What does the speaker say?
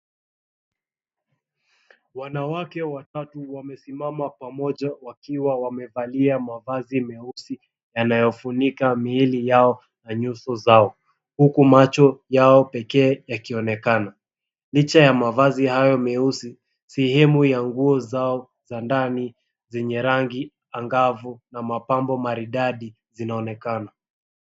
Wanawake watatu wamesimama pamoja wakiwa wamevalia mavazi meusi yanayofunika miili yao na nyuso zao huku macho yao pekee yakionekana. Licha ya mavazi hayo meusi, sehemu ya nguo zao ya ndani zenye rangi angavu na mapambo maridadi zinaonekana.